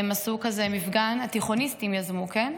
הם עשו כזה מפגן, התיכוניסטים יזמו, כן?